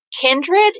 kindred